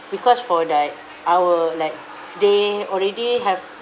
because for that I will like they already have